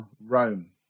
Rome